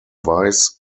vice